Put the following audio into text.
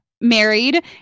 married